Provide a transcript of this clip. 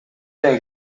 зыян